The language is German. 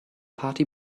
party